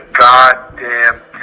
goddamn